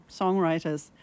songwriters